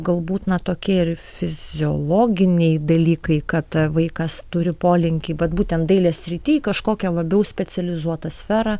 galbūt na tokie ir fiziologiniai dalykai kad vaikas turi polinkį vat būtent dailės srity į kažkokią labiau specializuotą sferą